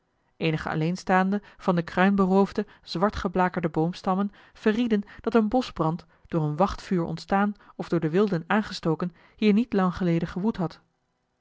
eenige alleenstaande van de kruin beroofde zwart geblakerde boomstammen verrieden dat een boschbrand door een wachtvuur ontstaan of door de wilden aangestoken hier niet lang geleden gewoed had